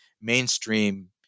mainstream